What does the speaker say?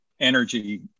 energy